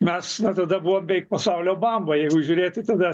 mes na tada buvom beik pasaulio bamba jeigu žiūrėti tada